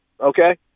Okay